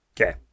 Okay